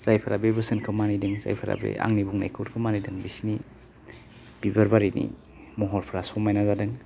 जायफोरा बे बोसोनखौ मानिदों जायफोरा बे आंनि बुंनायफोरखौ मानिदों बिसोरनि बिबार बारिनि महरफ्रा समायना जादों